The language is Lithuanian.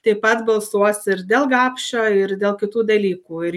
taip pat balsuos ir dėl gapšio ir dėl kitų dalykų ir